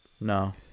No